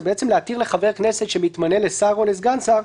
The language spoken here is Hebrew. זה להתיר לחבר הכנסת שמתמנה לשר או לסגן שר,